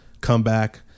comeback